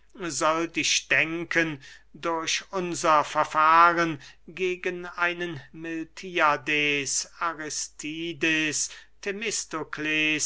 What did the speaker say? sollt ich denken durch unser verfahren gegen einen miltiades aristides themistokles